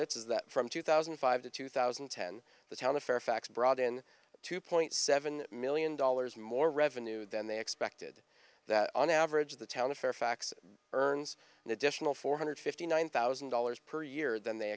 audits is that from two thousand and five to two thousand and ten the town of fairfax brought in two point seven million dollars more revenue than they expected that on average the town of fairfax earns an additional four hundred fifty nine thousand dollars per year than they